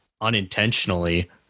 unintentionally